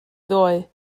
ddoe